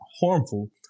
harmful